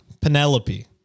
Penelope